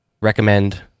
recommend